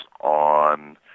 on